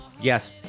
Yes